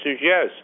yes